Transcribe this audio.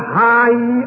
high